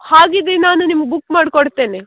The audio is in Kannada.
ಹಾಗಿದ್ದರೆ ನಾನು ನಿಮ್ಗೆ ಬುಕ್ ಮಾಡಿಕೊಡ್ತೇನೆ